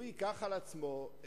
אנחנו משבחים אותו מאוד.